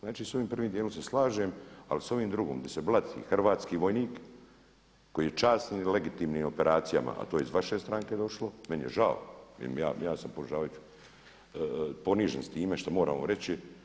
Znači s ovim prvim djelom se slažem ali s ovim drugim gdje se blati hrvatski vojnik koji je u časnim i legitimnim operacijama a to je iz vaše stranke došlo, meni je žao, ja sa ponižen s time što moramo reći.